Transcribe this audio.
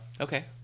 Okay